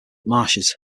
marshes